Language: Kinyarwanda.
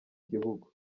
gihugu